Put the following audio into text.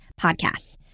podcasts